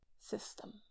system